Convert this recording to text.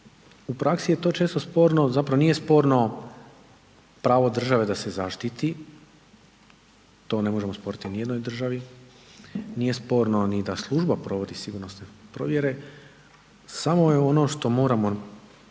u praksi je to često sporno, zapravo nije sporno pravo države da se zaštiti, to ne možemo osporiti ni u jednoj državi, nije sporno ni da služba provodi sigurnosne provjere samo je ono što moramo